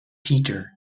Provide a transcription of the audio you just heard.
peter